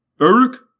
Eric